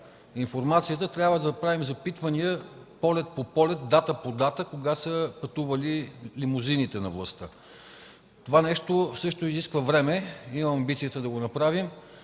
Това нещо също изисква време. Имам амбицията да го направим.